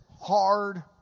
hard